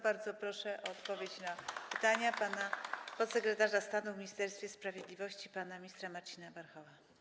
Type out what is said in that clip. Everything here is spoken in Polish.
Bardzo proszę o odpowiedź na pytania podsekretarza stanu w Ministerstwie Sprawiedliwości pana ministra Marcina Warchoła.